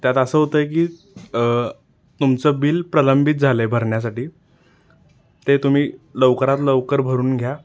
त्यात असं होतं की तुमचं बिल प्रलंबित झालं आहे भरण्यासाठी ते तुम्ही लवकरात लवकर भरून घ्या